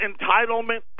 entitlement